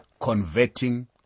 converting